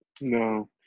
no